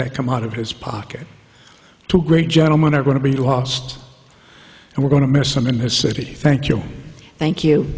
that come out of his pocket to great gentlemen are going to be lost and we're going to miss some in his city thank you thank you